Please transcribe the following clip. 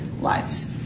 lives